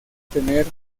tener